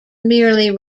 merely